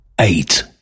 Eight